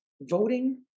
Voting